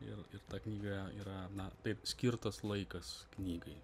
ir ir ta knyga yra na tai skirtas laikas knygai